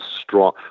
strong